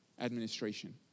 administration